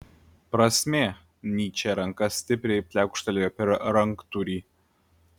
prasmė nyčė ranka stipriai pliaukštelėjo per ranktūrį